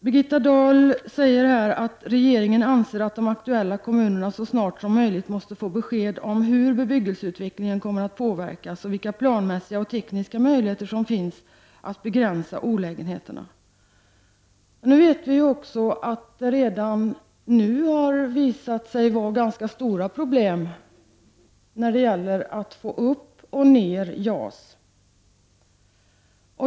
Birgitta Dahl säger att regeringen anser att de aktuella kommunerna så snart som möjligt måste få besked om hur bebyggelseutvecklingen kommer att påverkas och vilka planmässiga och tekniska möjligheter som finns att begränsa olägenheterna. Redan nu har det visat sig vara ganska stora problem när det gäller att få upp och ner JAS.